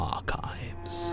Archives